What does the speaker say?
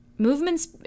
movements